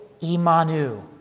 Imanu